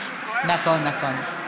נכון, נכון.